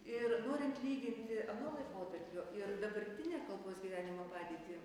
ir norint lyginti ano laikotarpio ir dabartinę kalbos gyvenimo padėtį